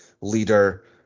leader